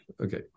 Okay